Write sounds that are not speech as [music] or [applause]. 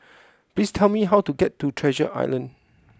[noise] please tell me how to get to Treasure Island